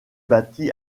bâti